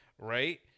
right